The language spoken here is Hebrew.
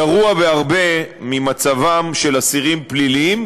גרוע בהרבה ממצבם של אסירים פליליים,